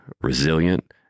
resilient